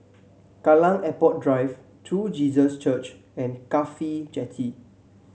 Kallang Airport Drive True Jesus Church and CAFHI Jetty